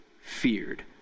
feared